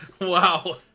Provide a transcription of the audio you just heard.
Wow